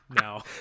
No